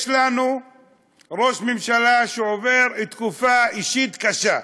יש לנו ראש ממשלה שעובר תקופה אישית קשה,